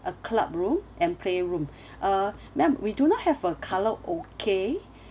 a club room and playroom uh ma'am we do not have a karaoke